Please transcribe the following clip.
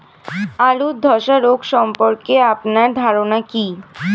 আলু ধ্বসা রোগ সম্পর্কে আপনার ধারনা কী?